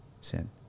sin